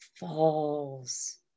falls